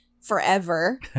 forever